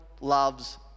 loves